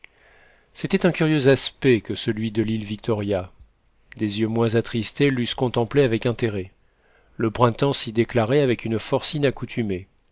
c'était un curieux aspect que celui de l'île victoria des yeux moins attristés l'eussent contemplé avec intérêt le printemps s'y déclarait avec une force